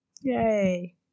Yay